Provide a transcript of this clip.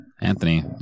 Anthony